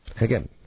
Again